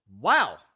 Wow